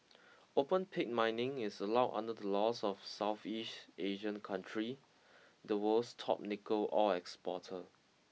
open pit mining is allowed under the laws of Southeast Asian country the world's top nickel ore exporter